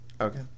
okay